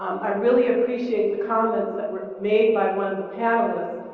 i really appreciate the comments that were made by one of the panelists,